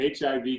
HIV